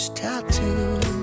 tattoo